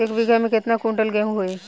एक बीगहा में केतना कुंटल गेहूं होई?